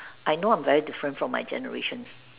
I know I'm very different from my generation